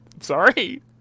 Sorry